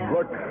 Look